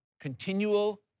continual